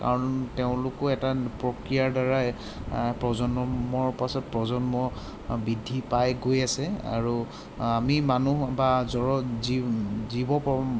কাৰণ তেওঁলোকো এটা প্ৰক্ৰিয়াৰদ্বাৰাই প্ৰজন্মৰ পাছত প্ৰজন্ম বৃদ্ধি পাই গৈ আছে আৰু আমি মানুহ বা জড় জীৱ